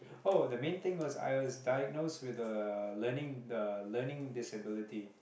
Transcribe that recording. oh the main thing was I was diagnose with the learning the learning disability